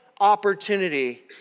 opportunity